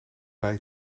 bij